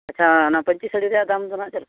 ᱟᱪᱪᱷᱟ ᱚᱱᱟ ᱯᱟᱹᱧᱪᱤ ᱥᱟᱹᱲᱤ ᱨᱮᱭᱟᱜ ᱫᱟᱢ ᱫᱚ ᱱᱟᱦᱟᱜ ᱪᱮᱫ ᱞᱮᱠᱟ